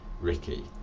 Ricky